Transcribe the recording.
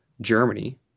Germany